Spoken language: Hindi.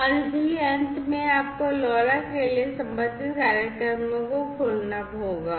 और इसलिए अंत में आपको LoRa के लिए संबंधित कार्यक्रमों को खोलना होगा